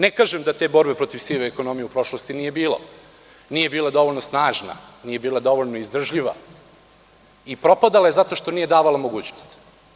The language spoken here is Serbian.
Ne kažem da te borbe protiv sive ekonomije u prošlosti nije bilo, nije bila dovoljno snažna, nije bila dovoljno izdržljiva i propadala je zato što nije davala mogućnosti.